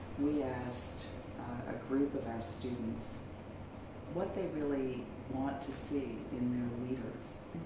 we asked a group of students what they really want to see in their leaders,